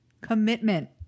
commitment